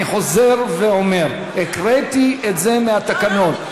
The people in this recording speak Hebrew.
אני חוזר ואומר: הקראתי את זה מהתקנון.